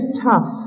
tough